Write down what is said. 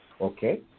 okay